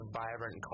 vibrant